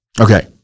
Okay